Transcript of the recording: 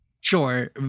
Sure